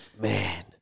Man